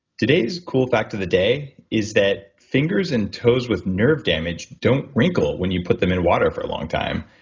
today's cool fact of the day is that fingers and toes with nerve damage don't wrinkle when you put them in water for a long time.